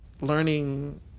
learning